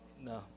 No